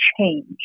change